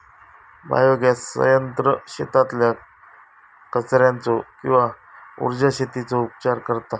biogas संयंत्र शेतातल्या कचर्याचो किंवा उर्जा शेतीचो उपचार करता